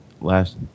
last